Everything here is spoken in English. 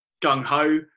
gung-ho